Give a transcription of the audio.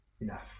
Enough